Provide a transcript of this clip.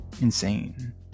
insane